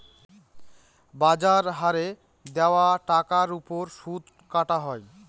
বাজার হারে দেওয়া টাকার ওপর সুদ কাটা হয়